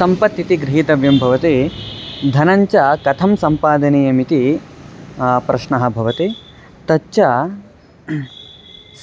सम्पत् इति गृहीतव्यं भवति धनं च कथं सम्पादनीयमिति प्रश्नः भवति तच्च